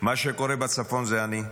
מה שקורה בצפון זה אני,